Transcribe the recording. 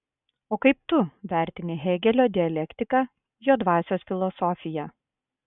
o kaip tu vertini hėgelio dialektiką jo dvasios filosofiją